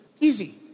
Easy